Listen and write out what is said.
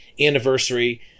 anniversary